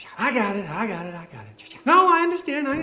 i got it. i got it. i got it. you know i understand. i